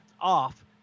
off